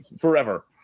Forever